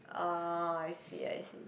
oh I see I see